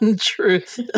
truth